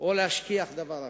או להשכיח דבר אחר.